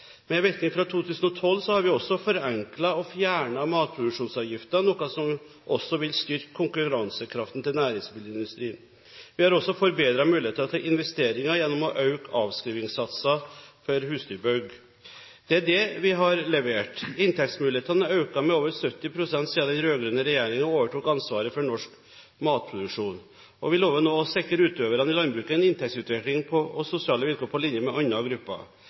Med virkning fra 2012 har vi forenklet og fjernet matproduksjonsavgiften, noe som også vil styrke konkurransekraften til næringsmiddelindustrien. Vi har også forbedret mulighetene til investeringer gjennom å øke avskrivingssatsene for husdyrbygg. Det er det vi har levert. Inntektsmulighetene har økt med over 70 pst. siden den rød-grønne regjeringen overtok ansvaret for norsk matproduksjon, og vi lover nå å sikre utøverne i landbruket inntektsutvikling og sosiale vilkår på linje med andre grupper.